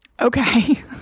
Okay